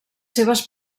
seves